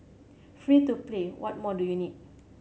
free to play what more do you need